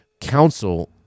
council